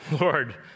Lord